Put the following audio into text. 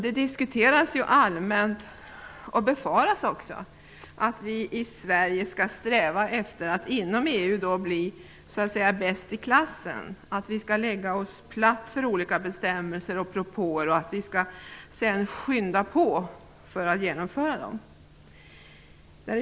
Det diskuteras allmänt och befaras att vi i Sverige skall sträva efter att inom EU bli "bäst i klassen", att vi skall lägga oss platt för olika bestämmelser och propåer och sedan skynda på för att genomföra dem.